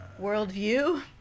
Worldview